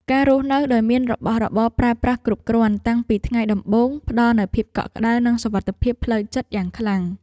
ការរស់នៅដោយមានរបស់របរប្រើប្រាស់គ្រប់គ្រាន់តាំងពីថ្ងៃដំបូងផ្ដល់នូវភាពកក់ក្ដៅនិងសុវត្ថិភាពផ្លូវចិត្តយ៉ាងខ្លាំង។